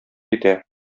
итә